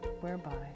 whereby